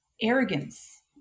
arrogance